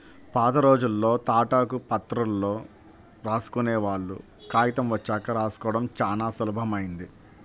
పాతరోజుల్లో తాటాకు ప్రతుల్లో రాసుకునేవాళ్ళు, కాగితం వచ్చాక రాసుకోడం చానా సులభమైంది